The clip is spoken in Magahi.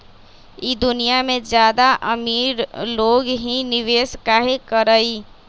ई दुनिया में ज्यादा अमीर लोग ही निवेस काहे करई?